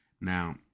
Now